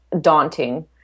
daunting